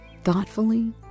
thoughtfully